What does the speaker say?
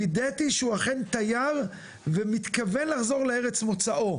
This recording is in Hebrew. וידאתי שהוא אכן תייר ומתכוון לחזור לארץ מוצאו.